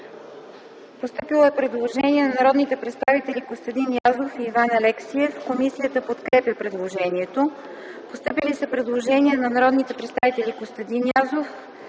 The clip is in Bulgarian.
постъпило предложение на народните представители Костадин Язов и Иван Алексиев. Комисията подкрепя предложението. Постъпили са предложения на народните представители Костадин Язов